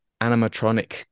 animatronic